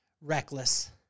reckless